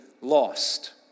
lost